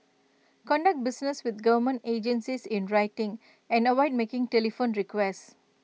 conduct business with government agencies in writing and avoid making telephone requests